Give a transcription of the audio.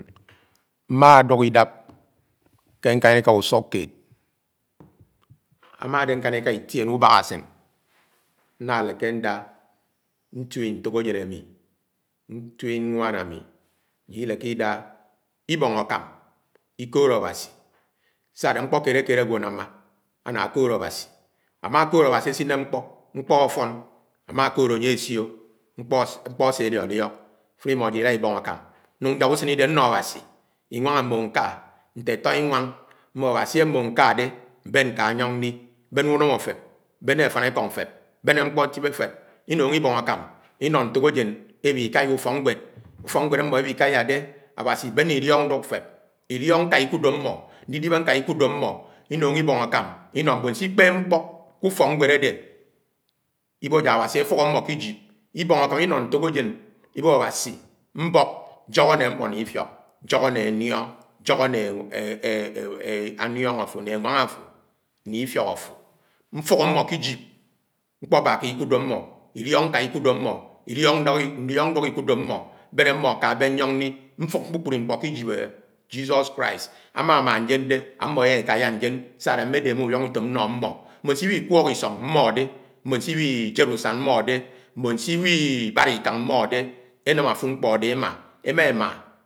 Mmádúk idáp ké ñkàniká ùsùkheéd amádé ñkáníká, ìtion ùbákùsén ñná lèkéndá ñtué ñtok àjén àmì,, ñtùé ñwàn àmí àjíd ìlékè-ida ìbóng àkám ìkoód Awasi sàádé mkpọ kéed-keéd ágwó ánàmá áná akoód Awasi, ámá akood Awasi asin ké mkpọ, mkpọ àfón ámá àkoód añye asió mkpọ ase aliliọk, àfuré imọ àjíd ìlá ìbóng àkám núng ñják useñ idé ñnọ Awasi, inwang ámóhó ñká nte àtọinwáng m̃mó Awasi ammóhó ñkádé m̃bèn ka ñyòng ñlí. Bèné ùnọmọ fèb, bàné àfánèkóng fèb, bèné ñkpontibe féb, ìnùngọ ibóng àkám ino ntokajen ewikàyá ùfọknwef, ùfọkñwed àmọ ewikáyádé Áwàsi bene ilide ndúk feb, iliok ñká ikúdé amọ, ñdidibé ñká ìkùdé ámmo inùng, ibing akam inọ mbòn sikpéb ñkpọ kù-ùfokñwed adé iwo yàk Áwasi afùk àmmọ kiyip, ibóng àkàm inọ ñtok àjen iwo Awasi mbọk ànyọhó ñe m̃mo ki-ifiok, ñyọhọ ne anióng àfo nè ifiok. m̃fúk ámọ kiyip m̃kpọ bàkeéd ìkúde ámọ. Bén ámọ ka bén ñyóng ñli, fuk kpúkprú ñkpó kiyip A Jsisos Christ. Ámà ámá ñjeñdé m̃mo elakáyá ñjeñ sádè mmẽ démé úwìóng ùtóm ñnó ammọ. Mbón siwi-ijed úsán mmòdé mbon siwi-ibaraikáng mmọdé, enám àfúd ñkpọ adé èmá.